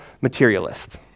materialist